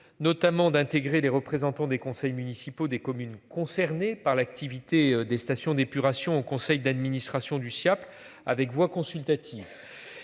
notamment d'intégrer les représentants des conseils municipaux des communes concernées par l'activité des stations d'épuration au conseil d'administration du Siaap avec voix consultative.